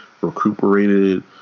recuperated